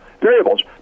variables